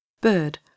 BIRD